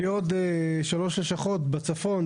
שיהיה עוד שלוש לשכות בצפון,